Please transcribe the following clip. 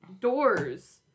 doors